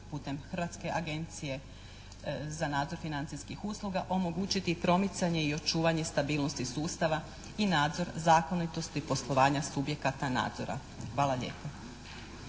putem Hrvatske agencije za nadzor financijskih usluga omogućiti promicanje i očuvanje stabilnosti sustava i nadzor zakonitosti poslovanja subjekata nadzora. Hvala lijepo.